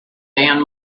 dan